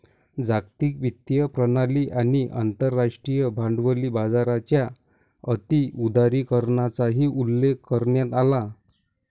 जागतिक वित्तीय प्रणाली आणि आंतरराष्ट्रीय भांडवली बाजाराच्या अति उदारीकरणाचाही उल्लेख करण्यात आला